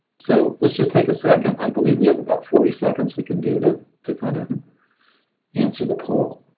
so let's just take a second i believe we have about forty seconds we can do this? to kind of answer the poll.